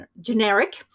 generic